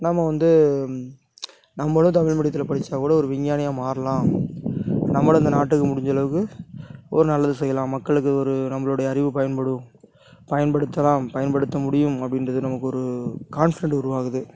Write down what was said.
நானும் வந்து நம்மளும் தமிழ் மீடியத்தில் படித்தா கூட ஒரு விஞ்ஞானியாக மாரிலாம் நம்மளும் இந்த நாட்டுக்கு முடிஞ்சளவுக்கு ஒரு நல்லது செய்யலாம் மக்களுக்கு ஒரு நம்மளோட அறிவு பயன்படும் பயன்படுத்தலாம் பயன்படுத்த முடியும் அப்படின்றது நமக்கு ஒரு கான்ஃபிடன்ட் உருவாகுது